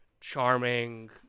charming